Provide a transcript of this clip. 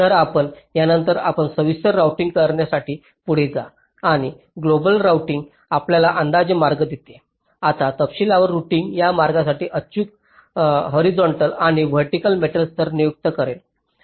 तर त्यानंतर आपण सविस्तर राउटिंग करण्यासाठी पुढे जा आणि ग्लोबल राउटिंग आपल्याला अंदाजे मार्ग देते आता तपशीलवार रूटिंग या मार्गांसाठी अचूक हॉरीझॉन्टल आणि व्हर्टिकल मेटल स्तर नियुक्त करेल